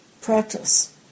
practice